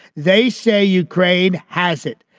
they say ukraine has it.